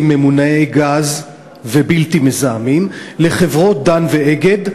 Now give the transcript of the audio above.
ממונעי-גז ובלתי מזהמים לחברות "דן" ו"אגד",